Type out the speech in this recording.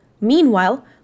Meanwhile